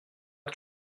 que